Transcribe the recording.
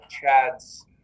Chad's